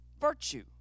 virtue